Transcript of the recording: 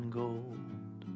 gold